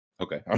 Okay